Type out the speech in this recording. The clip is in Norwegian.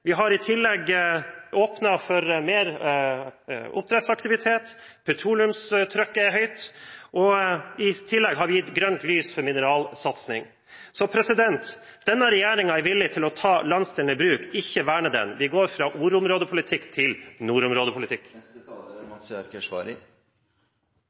vi har åpnet for mer oppdrettsaktivitet, petroleumstrykket er høyt, og i tillegg har vi gitt grønt lys for mineralsatsing. Så denne regjeringen er villig til å ta landsdelen i bruk – ikke verne den. Vi går fra «ordområdepolitikk» til nordområdepolitikk!